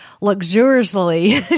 luxuriously